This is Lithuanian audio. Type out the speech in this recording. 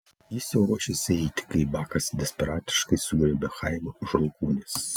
jis jau ruošėsi eiti kai bakas desperatiškai sugriebė chaimą už alkūnės